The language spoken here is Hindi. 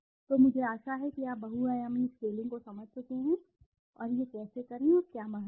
तो मुझे आशा है कि आप बहुआयामी स्केलिंग को समझ चुके हैं और यह कैसे करें और क्या महत्व है